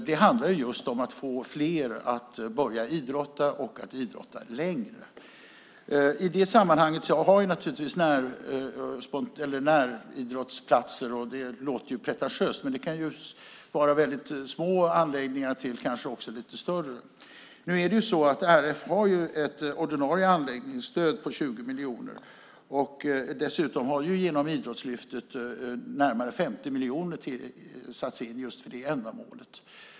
Det handlar just om att få fler att börja idrotta och att idrotta längre. Näridrottsplatser kan ju vara väldigt små anläggningar, men också lite större. RF har ju ett ordinarie anläggningsstöd på 20 miljoner. Genom Idrottslyftet har närmare 50 miljoner satts in för just det ändamålet.